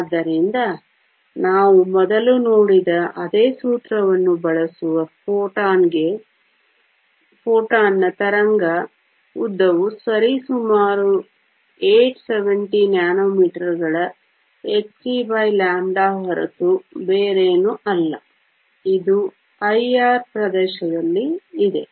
ಆದ್ದರಿಂದ ನಾವು ಮೊದಲು ನೋಡಿದ ಅದೇ ಸೂತ್ರವನ್ನು ಬಳಸುವ ಫೋಟಾನ್ನ ತರಂಗ ಉದ್ದವು ಸರಿಸುಮಾರು 870 ನ್ಯಾನೊಮೀಟರ್ಗಳ hc λ ಹೊರತು ಬೇರೇನೂ ಅಲ್ಲ ಇದು IR ಪ್ರದೇಶದಲ್ಲಿ ಇದೆ